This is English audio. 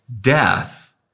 death